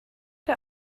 der